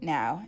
Now